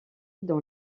dans